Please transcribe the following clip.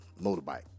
motorbike